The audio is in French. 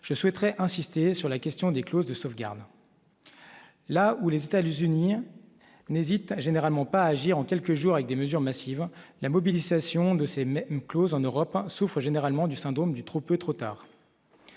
je souhaiterai insister sur la question des clauses de sauvegarde, là où les Italiens une ligne n'hésita généralement pas agi en quelques jours, avec des mesures massives, la mobilisation de ces mêmes clause en Europe souffrent généralement du syndrome du trop peu et trop tard.